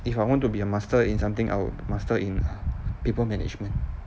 if I want to be a master in something I would master in people management